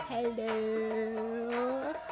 Hello